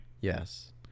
Yes